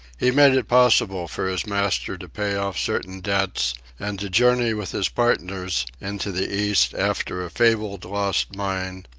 he made it possible for his master to pay off certain debts and to journey with his partners into the east after a fabled lost mine,